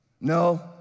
No